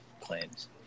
claims